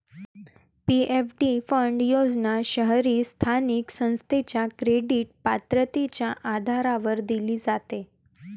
PFD fund योजना शहरी स्थानिक संस्थेच्या क्रेडिट पात्रतेच्या आधारावर दिली जाते